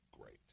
Great